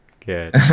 Good